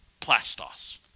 plastos